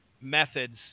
methods